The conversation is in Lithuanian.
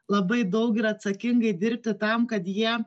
labai daug ir atsakingai dirbti tam kad jie